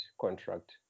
contract